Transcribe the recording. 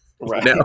Right